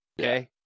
Okay